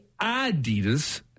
Adidas